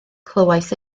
clywais